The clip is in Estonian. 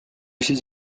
siis